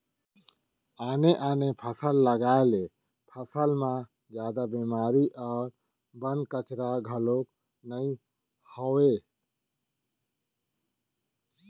आने आने फसल लगाए ले फसल म जादा बेमारी अउ बन, कचरा घलोक नइ होवय